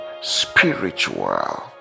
spiritual